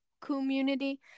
community